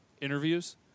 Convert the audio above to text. interviews